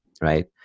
Right